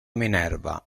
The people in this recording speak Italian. minerva